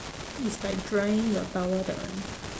is like drying your towel that one